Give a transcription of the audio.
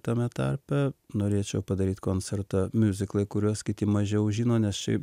tame tarpe norėčiau padaryt koncertą miuziklai kuriuos kiti mažiau žino nes šiaip